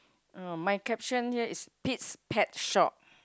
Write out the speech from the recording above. my caption here is Pit's pet shape